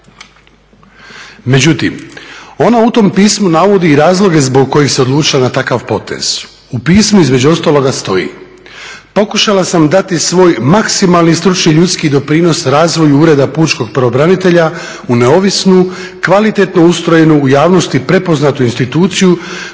Međutim, ona u tom pismu navodi i razloge zbog kojih se odlučila na takav potez. U pismu između ostaloga stoji. "Pokušala sam dati svoj maksimalni stručni ljudski doprinos razvoju Ureda pučkog pravobranitelja u neovisnu, kvalitetnu ustrojenu, u javnosti prepoznatu instituciju